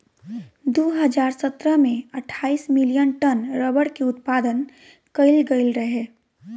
दू हज़ार सतरह में अठाईस मिलियन टन रबड़ के उत्पादन कईल गईल रहे